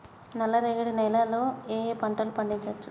నల్లరేగడి నేల లో ఏ ఏ పంట లు పండించచ్చు?